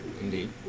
Indeed